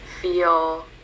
feel